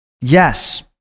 yes